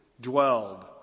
dwelled